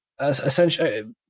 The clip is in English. Essentially